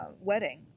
wedding